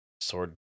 sword